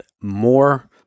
more